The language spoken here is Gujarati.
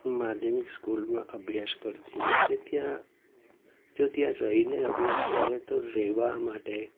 માધ્યમિક સ્કૂલમાં અભ્યાસ કરતી વખતે ત્યાં જો ત્યાં રહીને અભ્યાસ કરે તો રહેવા માટે